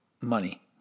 money